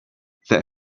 that